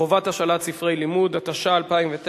חובת השאלת ספרי לימוד), התש"ע 2009,